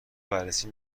بررسی